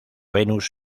venus